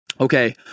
Okay